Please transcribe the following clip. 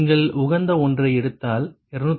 நீங்கள் உகந்த ஒன்றை எடுத்தால் 266